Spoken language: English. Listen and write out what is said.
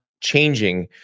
changing